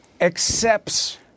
accepts